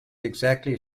exactly